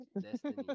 Destiny